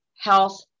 health